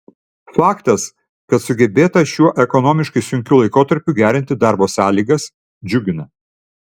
faktas kad sugebėta šiuo ekonomiškai sunkiu laikotarpiu gerinti darbo sąlygas džiugina